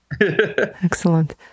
excellent